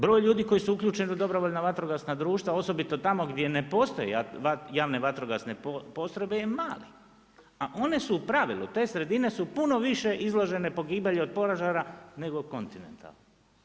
Broj ljudi koji su uključena u dobrovoljan vatrogasna društva, osobito tamo gdje ne postoji javne vatrogasne postrojbe je mali, a one su u pravilu, te sredine su puno više izložene pogibelju od požara nego kontinentalne.